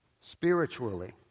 spiritually